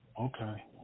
Okay